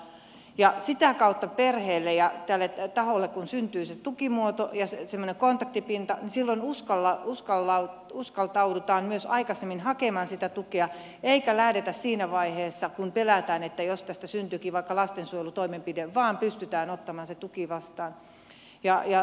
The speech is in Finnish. kun sitä kautta perheelle ja tälle taholle syntyy se tukimuoto ja semmoinen kontaktipinta niin silloin uskaltaudutaan myös aikaisemmin hakemaan sitä tukea eikä lähdetä siinä vaiheessa kun pelätään että tästä syntyykin vaikka lastensuojelutoimenpide vaan pystytään ottamaan se tuki vastaan